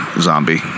Zombie